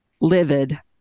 livid